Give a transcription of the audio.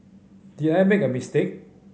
did I make a mistake